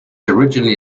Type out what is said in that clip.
originally